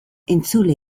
entzule